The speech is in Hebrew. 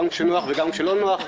גם כשנוח וגם כשלא נוח.